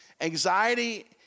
Anxiety